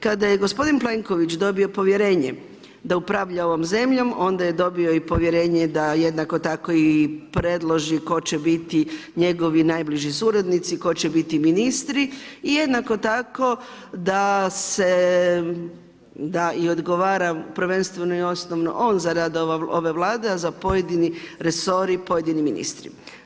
Kada je gospodin Plenković dobio povjerenje da upravlja ovom zemljom, onda je dobio i povjerenje da jednako tako i predloži tko će biti njegovi najbliži suradnici, tko će biti ministri i jednako tako da i odgovara prvenstveno i osnovno on za rad ove Vlade a za pojedini resore, pojedini ministri.